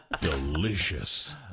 Delicious